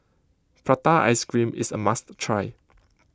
Prata Ice Cream is a must try